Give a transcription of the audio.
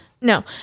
No